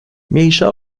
mniejsza